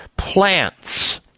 Plants